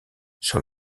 sur